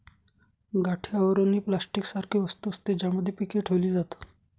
गाठी आवरण ही प्लास्टिक सारखी वस्तू असते, ज्यामध्ये पीके ठेवली जातात